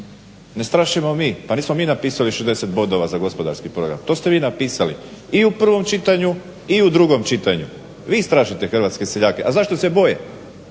Ne strašimo mi pa nismo mi napisali 60 bodova za gospodarski program, to ste vi napisali i u prvom i u drugom čitanju. Vi strašite hrvatske seljake. A zašto se boje?